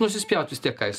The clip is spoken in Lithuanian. nusispjaut vis tiek ką jis